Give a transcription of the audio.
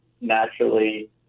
naturally